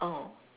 oh